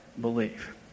believe